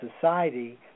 society